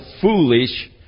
foolish